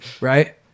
Right